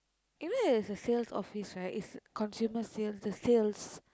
even if there is a sales office right it's consumers sales the sales